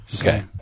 okay